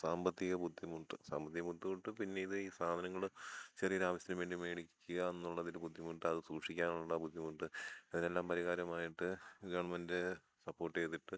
സാമ്പത്തിക ബുദ്ധിമുട്ട് സാമ്പത്തിക ബുദ്ധിമുട്ട് പിന്നെ ഇത് ഈ സാധനങ്ങൾ ചെറിയൊരു ആവശ്യത്തിനുവേണ്ടി മേടിക്കുക എന്നുള്ളതിൽ ബുദ്ധിമുട്ട് അത് സൂക്ഷിക്കാനുള്ള ബുദ്ധിമുട്ട് അതിനെല്ലാം പരിഹാരമായിട്ട് ഗവൺമെൻ്റ് സപ്പോട്ട് ചെയ്തിട്ട്